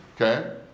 Okay